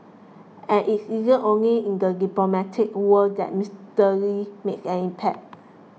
and it isn't only in the diplomatic world that Mister Lee made an impact